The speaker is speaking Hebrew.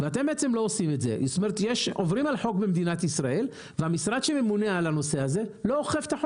כץ על דיון ראשון בוועדת המשנה שלו לקידום ענף ההייטק,